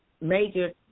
Major